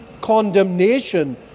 condemnation